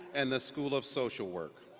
and the school of social work.